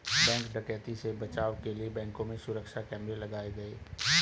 bank डकैती से बचाव के लिए बैंकों में सुरक्षा कैमरे लगाये गये